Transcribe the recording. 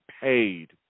paid